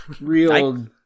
Real